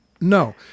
no